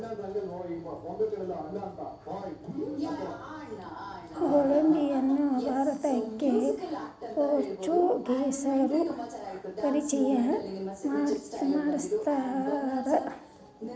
ಗೋಡಂಬಿಯನ್ನಾ ಭಾರತಕ್ಕ ಪೋರ್ಚುಗೇಸರು ಪರಿಚಯ ಮಾಡ್ಸತಾರ